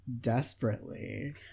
desperately